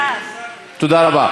תודה רבה.